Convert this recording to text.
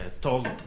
told